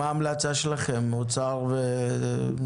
מה ההמלצה שלכם, אוצר וכלכלה?